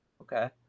okay